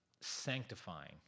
sanctifying